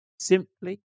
simply